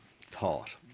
thought